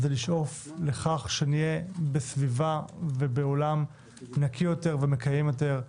לשאוף לכך שנהיה בסביבה ובעולם נקי יותר ומקיים יותר.